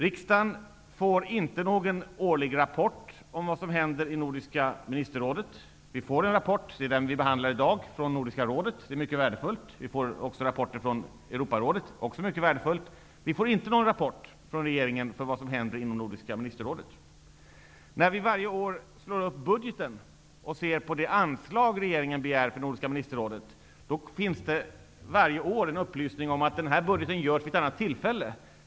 Riksdagen får inte någon årlig rapport om vad som händer i Nordiska ministerrådet. Vi får en rapport, och det är den vi behandlar i dag, från Nordiska rådet. Den är mycket värdefull. Vi får också värdefulla rapporter från Europarådet. Vi får inte någon rapport från regeringen om vad som händer inom Nordiska ministerrådet. När vi varje år slår upp budgeten och ser på det anslag regeringen begär till Nordiska ministerrådet, finns det varje år en upplysning om att den budgeten fastställs vid ett annat tillfälle.